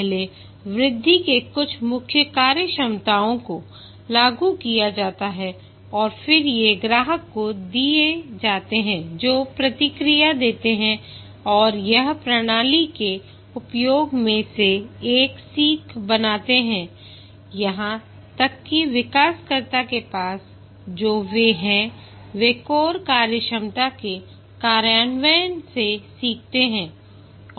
पहले वृद्धि में कुछ मुख्य कार्यक्षमताओं को लागू किया जाता है और फिर ये ग्राहक को दिए जाते हैं जो प्रतिक्रिया देते हैं और यह प्रणाली के उपयोग से एक सीख बनते हैं यहां तक कि विकासकर्ता के पास जो वे हैं वे कोर कार्यक्षमता के कार्यान्वयन से सीखते हैं